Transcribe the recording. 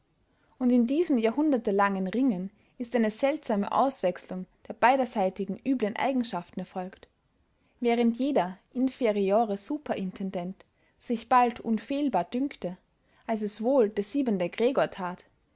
und in diesem jahrhundertelangen ringen ist eine seltsame auswechselung der beiderseitigen üblen eigenschaften erfolgt während jeder inferiore superintendent sich bald unfehlbarer dünkte als es wohl der siebente gregor tat